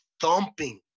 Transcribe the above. thumping